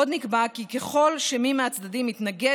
עוד נקבע כי ככל שמי מהצדדים מתנגד